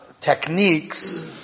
techniques